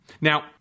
Now